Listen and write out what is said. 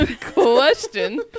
Question